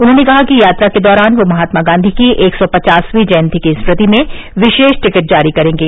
उन्होंने कहा कि यात्रा के दौरान ये महात्मा गांधी की एक सौ पवासवीं जयंती की स्मृति में विशेष टिकट जारी करेंगे